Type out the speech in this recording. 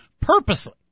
purposely